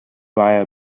via